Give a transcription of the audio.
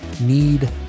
need